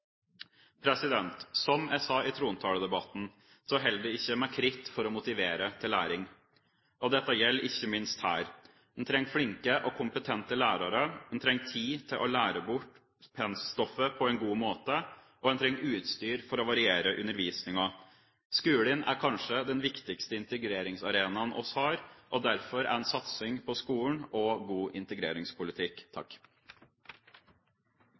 Som jeg sa i trontaledebatten, så holder det ikke med kritt for å motivere til læring, og dette gjelder ikke minst her. Man trenger flinke og kompetente lærere, man trenger tid til å lære bort stoffet på en god måte, og man trenger utstyr for å variere undervisningen. Skolen er kanskje den viktigste integreringsarenaen vi har, og derfor er en satsing på skolen også god integreringspolitikk.